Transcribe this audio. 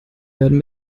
werden